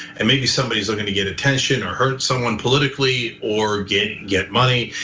and maybe somebody's looking to get attention or hurt someone politically or get get money.